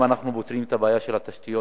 אם אנחנו פותרים את הבעיה של התשתיות,